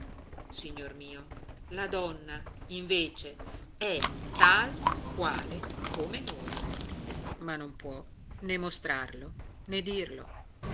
signor mio la donna invece è tal quale come noi ma non può né mostrarlo né dirlo